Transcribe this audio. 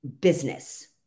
business